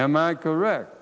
am i correct